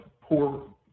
poor